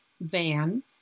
van